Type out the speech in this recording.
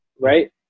right